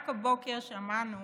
רק הבוקר שמענו